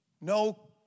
No